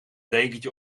dekentje